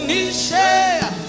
Nisha